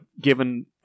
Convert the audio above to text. given